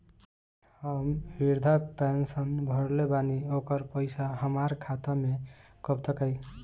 हम विर्धा पैंसैन भरले बानी ओकर पईसा हमार खाता मे कब तक आई?